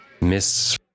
Miss